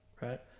right